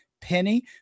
Penny